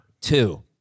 Two